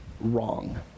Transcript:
Wrong